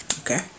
okay